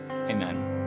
Amen